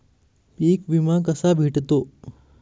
पीक विमा कसा भेटतो?